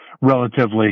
relatively